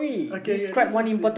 okay okay this is in